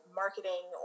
marketing